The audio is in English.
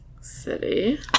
city